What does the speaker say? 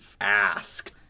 asked